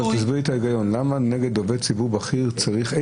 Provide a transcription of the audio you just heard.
תסביר לי את ההיגיון שנגד עובד ציבור בכיר צריך את האישור הזה.